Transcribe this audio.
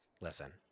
Listen